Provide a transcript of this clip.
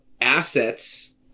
assets